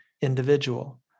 individual